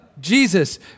Jesus